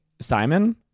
simon